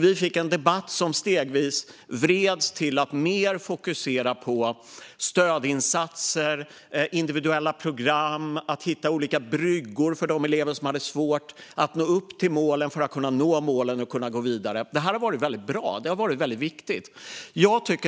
Vi fick en debatt som stegvis vreds till att mer fokusera på stödinsatser, individuella program och att hitta olika bryggor för elever som hade svårt att nå målen för att kunna gå vidare. Det här har varit väldigt bra och viktigt.